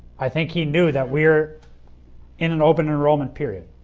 i think he knew that we are in an open enrollment period.